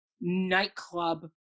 nightclub